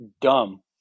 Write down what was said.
dumb